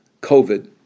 COVID